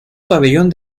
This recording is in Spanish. pabellón